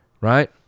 right